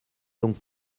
donc